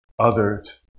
Others